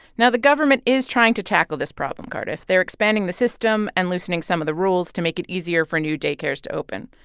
now, the government is trying to tackle this problem, cardiff. they're expanding the system and loosening some of the rules to make it easier for new day cares to open.